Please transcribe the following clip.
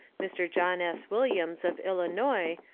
mr. john s. williams, of illinois,